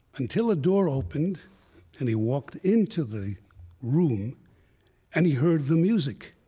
until a door opened and he walked into the room and he heard the music.